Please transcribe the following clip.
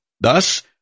Thus